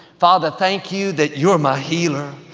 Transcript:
father, thank you that you're my healer.